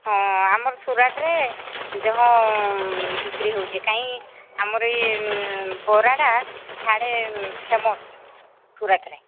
ହଁ ଆମର ସୁରାଟରେ ଯହଁ ବିକ୍ରି ହେଉଛି କାହିଁ ଆମର ଏଇ ବରାଟା ସାଡ଼େ ଫେମସ୍ ସୁରାଟରେ